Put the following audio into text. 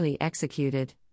executed